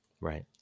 Right